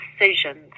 decisions